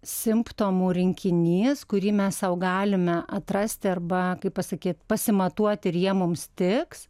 simptomų rinkinys kurį mes sau galime atrasti arba kaip pasakyt pasimatuot ir jie mums tiks